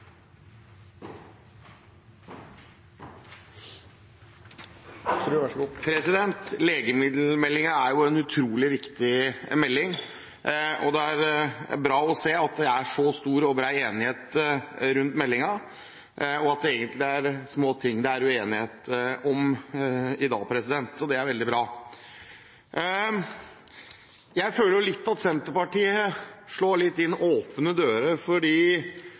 bra å se at det er så stor og bred enighet rundt meldingen, og at det egentlig er små ting det er uenighet om i dag. Det er veldig bra. Jeg føler litt at Senterpartiet slår inn åpne dører